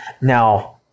now